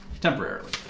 Temporarily